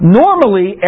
normally